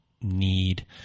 need